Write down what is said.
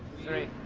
three.